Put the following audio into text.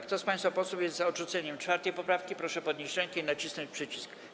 Kto z państwa posłów jest za odrzuceniem 4. poprawki, proszę podnieść rękę i nacisnąć przycisk.